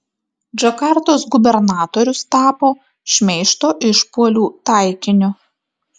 džakartos gubernatorius tapo šmeižto išpuolių taikiniu